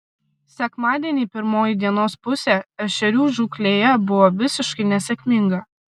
sekmadienį pirmoji dienos pusė ešerių žūklėje buvo visiškai nesėkminga